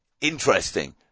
Interesting